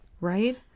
Right